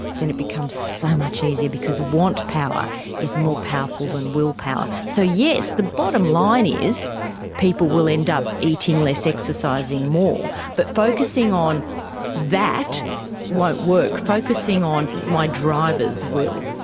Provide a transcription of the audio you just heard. then it becomes so much easier because want-power is more powerful than willpower. so yes, the bottom line is people will end up eating less, exercising more, but focusing on that won't work, focusing on my drivers will.